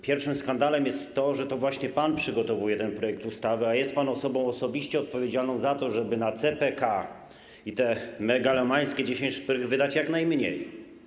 Pierwszym skandalem jest to, że to właśnie pan przygotowuje ten projekt ustawy, a jest pan osobą osobiście odpowiedzialną za to, żeby na CPK i te megalomańskie 10 szprych wydać jak najmniej.